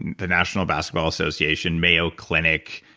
the national basketball association, mayo clinic,